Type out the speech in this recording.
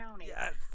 Yes